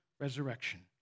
resurrection